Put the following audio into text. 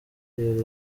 w’imari